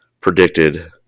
predicted